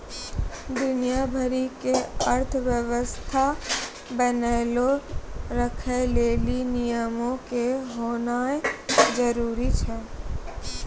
दुनिया भरि के अर्थव्यवस्था बनैलो राखै लेली नियमो के होनाए जरुरी छै